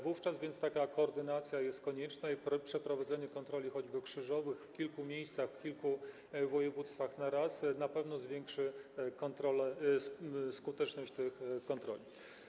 Wówczas więc taka koordynacja jest konieczna i przeprowadzenie kontroli, choćby krzyżowych, w kilku miejscach, w kilku województwach naraz na pewno zwiększy skuteczność tych kontroli.